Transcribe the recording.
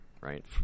Right